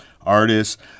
artists